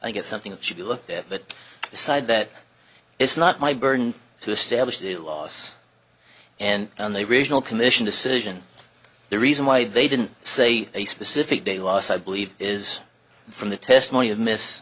i get something that should be looked at but decided that it's not my burden to establish the loss and on the regional commission decision the reason why they didn't say a specific day loss i believe is from the testimony of miss